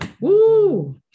Woo